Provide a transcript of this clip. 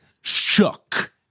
shook